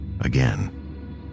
again